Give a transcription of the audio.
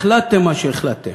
החלטתם מה שהחלטתם.